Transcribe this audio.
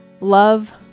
love